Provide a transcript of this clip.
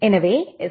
எனவே எஸ்